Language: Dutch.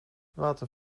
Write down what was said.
water